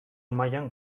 mailan